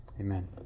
amen